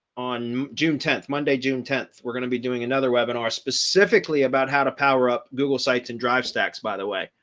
on june ten, monday, june ten. we're going to be doing another webinar specifically about how to power up google sites and dr. stacks, by the way,